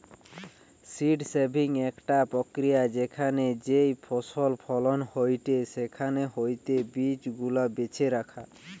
seed saving একটা প্রক্রিয়া যেখানে যেই ফসল ফলন হয়েটে সেখান হইতে বীজ গুলা বেছে রাখা